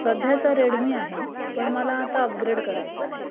सध्याचा रेडमी आहे पण मला आता अपग्रेड करायचा आहे